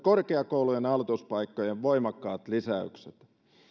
korkeakoulujen aloituspaikkojen voimakkaat lisäykset